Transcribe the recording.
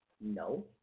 No